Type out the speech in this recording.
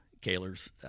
Kaler's